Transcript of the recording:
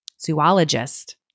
zoologist